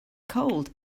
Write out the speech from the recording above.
cold